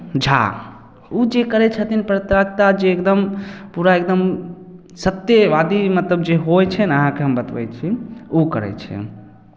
झा ओ जे करै छथिन पत्रकारिता जे एकदम पूरा एकदम सत्यवादी मतलब जे होइ छै ने अहाँकेँ हम बतबै छी ओ करै छै